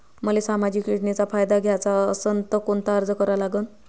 मले सामाजिक योजनेचा फायदा घ्याचा असन त कोनता अर्ज करा लागन?